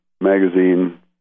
magazine